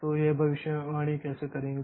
तो यह भविष्यवाणी कैसे करेंगे